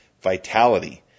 vitality